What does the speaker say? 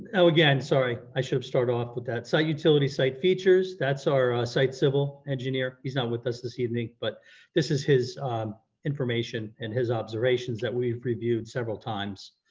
and again, sorry, i should start off with that. site utility, site features, that's our site civil engineer. he's not with us this evening but this is his information and his observations that we've reviewed several times.